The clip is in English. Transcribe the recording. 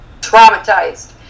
traumatized